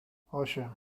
osiem